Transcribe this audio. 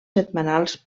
setmanals